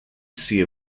sea